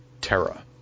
Terra